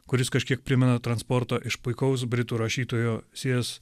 kuris kažkiek primena transportą iš puikaus britų rašytojo si es